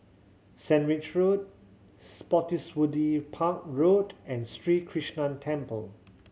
Sandwich Road Spottiswoode Park Road and Sri Krishnan Temple